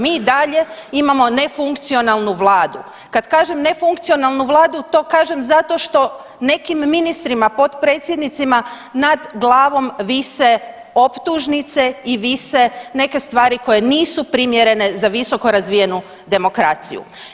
Mi i dalje imamo nefunkcionalnu vladu, kad kažem nefunkcionalnu vladu to kažem zato što nekim ministrima, potpredsjednicima nad glavom vise optužnice i vise neke stvari koje nisu primjerene za visoko razvijenu demokraciju.